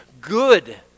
good